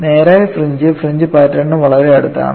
നേരായ fringe fringe പാറ്റേണിന് വളരെ അടുത്താണ്